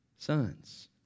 Sons